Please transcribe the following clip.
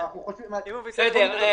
בסדר.